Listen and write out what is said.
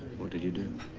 what did you do?